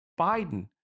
Biden